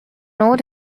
not